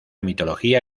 mitología